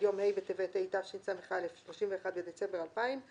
יום ה' בטבת התשס"א (31 בדצמבר 2000);